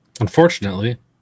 Unfortunately